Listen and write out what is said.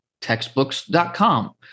textbooks.com